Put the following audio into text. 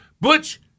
Butch